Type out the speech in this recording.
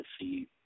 see